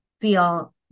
feel